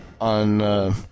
on